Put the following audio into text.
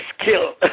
skill